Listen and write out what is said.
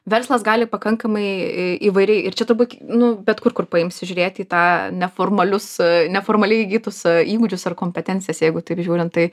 verslas gali pakankamai įvairiai ir čia turbūt nu bet kur kur paimsi žiūrėti į tą neformalius neformaliai įgytus įgūdžius ar kompetencijas jeigu taip žiūrint tai